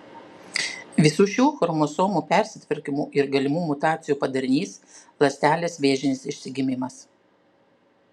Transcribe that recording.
visų šių chromosomų persitvarkymų ir galimų mutacijų padarinys ląstelės vėžinis išsigimimas